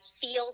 feel